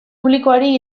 publikoari